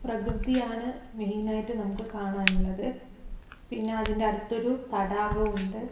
പ്രകൃതിയാണ് main ആയിട്ട് നമുക്ക് കാണാനുള്ളത് പിന്നെ അതിൻ്റെ അടുത്തൊരു തടാകവും ഉണ്ട്